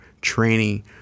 training